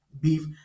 beef